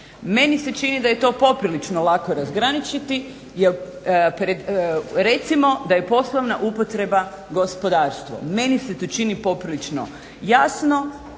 Meni se čini da je to poprilično lako razgraničiti jel recimo da je poslovna upotreba gospodarstvo. Meni se to čini poprilično jasno